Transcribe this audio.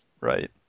right